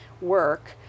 work